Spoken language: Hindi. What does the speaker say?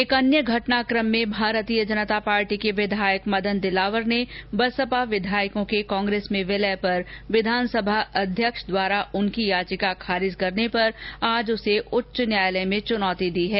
एक अन्य घटनाक्रम में भारतीय जनता पार्टी के विधायक मदन दिलावर ने बसपा विधायकों के कांग्रेस में विलय पर विधानसभा अध्यक्ष द्वारा उनकी याचिका खारिज करने पर आज उसे उच्च न्यायालय में चुनौती दी है